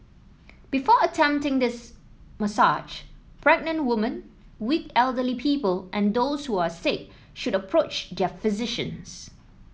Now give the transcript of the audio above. before attempting this massage pregnant women weak elderly people and those who are sick should approach their physicians